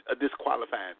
disqualifying